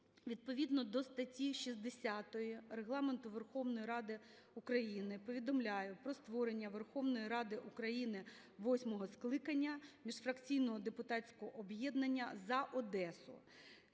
Відповідно до статті 60 Регламент Верховної Ради України повідомляю про створення Верховної Ради України восьмого скликання міжфракційного депутатського об'єднання "За Одесу".